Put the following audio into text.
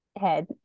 head